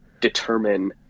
determine